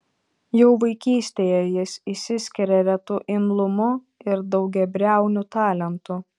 jau vaikystėje jis išsiskiria retu imlumu ir daugiabriauniu talentu